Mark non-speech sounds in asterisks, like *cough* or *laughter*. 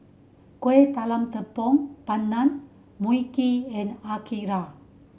Kueh Talam Tepong Pandan Mui Kee and *unintelligible*